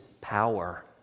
power